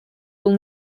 will